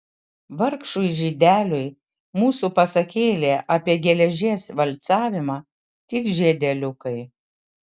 vargšui žydeliui mūsų pasakėlė apie geležies valcavimą tik žiedeliukai